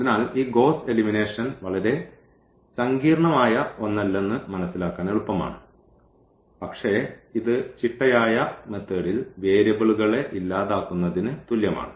അതിനാൽ ഈ Gauss elimination വളരെ സങ്കീർണ്ണമായ ഒന്നല്ലെന്ന് മനസിലാക്കാൻ എളുപ്പമാണ് പക്ഷേ ഇത് ചിട്ടയായ മെത്തേഡ്ൽ വേരിയബിളുകളെ ഇല്ലാതാക്കുന്നതിന് തുല്യമാണ്